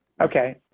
Okay